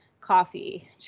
coffee